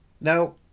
No